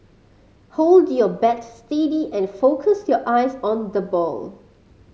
hold your bat steady and focus your eyes on the ball